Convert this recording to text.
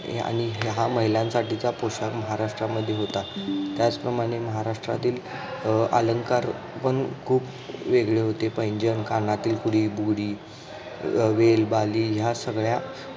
आणि ह्या महिलांसाठीचा पोशाख महाराष्ट्रामध्ये होता त्याचप्रमाणे महाराष्ट्रातील अलंंकार पण खूप वेगळे होते पैंजण कानातील कुडी बुगडी वेल बाळी ह्या सगळ्या